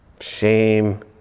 shame